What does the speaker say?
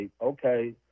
okay